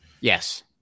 Yes